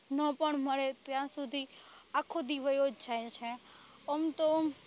ન પણ મળે ત્યાં સુધી આખો દી ચાલ્યો જ જાય છે એમ તો